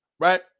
Right